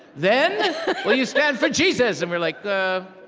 then? will you stand for jesus? and we're like, ah,